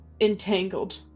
entangled